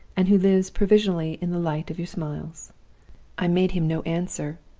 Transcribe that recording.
and who lives provisionally in the light of your smiles i made him no answer,